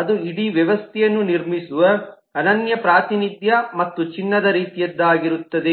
ಅದು ಇಡೀ ವ್ಯವಸ್ಥೆಯನ್ನು ನಿರ್ಮಿಸುವ ಅನನ್ಯ ಪ್ರಾತಿನಿಧ್ಯ ಮತ್ತು ಚಿನ್ನದ ರೀತಿಯದ್ದಾಗಿರುತ್ತದೆ